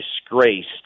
disgraced